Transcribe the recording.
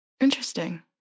Interesting